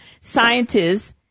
scientists